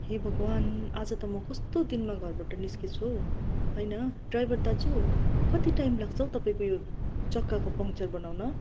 हे भगवान् आज त म कस्तो दिनमा घरबाट निस्केछु हौ होइन ड्राइभर दाजु कति टाइम लाग्छ तपाईँको यो चक्काको पङ्चर बनाउन